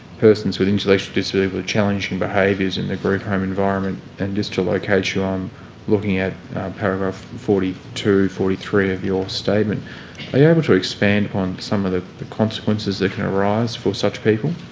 persons with intellectual disability with challenging behaviours in the group home environment, and just to locate you i'm looking at paragraph forty two, forty three of your statement. are you able to expand upon some of the the consequences that can arise for such people?